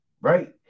right